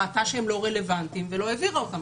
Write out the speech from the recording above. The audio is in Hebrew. ראתה שהם לא רלוונטיים ולא העבירה אותם.